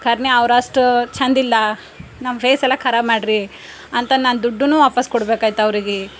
ಖರೇನೆ ಅವ್ರಷ್ಟು ಚೆಂದಿಲ್ಲ ನಮ್ಮ ಫೇಸೆಲ್ಲ ಖರಾಬು ಮಾಡಿದ್ರಿ ಅಂತಂದು ನಾನು ದುಡ್ಡೂ ವಾಪೀಸು ಕೊಡಬೇಕಾಯ್ತು ಅವ್ರಿಗೆಗಿ